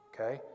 Okay